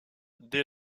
dès